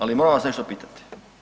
Ali moram vas nešto pitati.